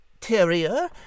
terrier